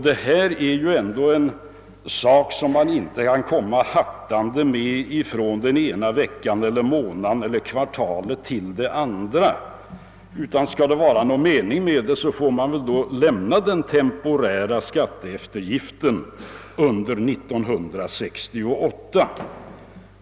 Detta är ändå en sak som man inte kan komma hattande med från den ena veckan eller månaden till den andra. Om det skall vara någon mening med det hela, får man väl lämna den temporära skatteeftergiften under 1968.